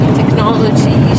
technology